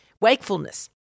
Wakefulness